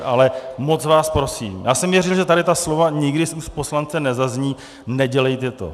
Ale moc vás prosím, já jsem věřil, že tady ta slova nikdy z úst poslance nezazní, nedělejte to.